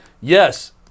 yes